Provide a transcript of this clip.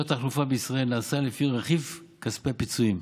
התחלופה בישראל נעשה ללא רכיב כספי הפיצויים,